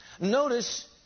Notice